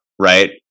right